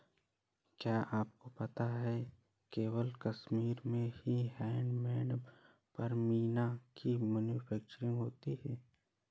क्या आपको पता है केवल कश्मीर में ही हैंडमेड पश्मीना की मैन्युफैक्चरिंग होती है